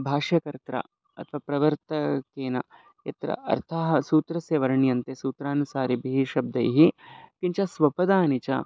भाष्यकर्ता अथवा प्रवर्तकेन यत्र अर्थः सूत्रस्य वर्ण्यन्ते सूत्रानुसारिभिः शब्दैः किञ्च स्वपदेन च